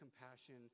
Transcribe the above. compassion